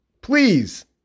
Please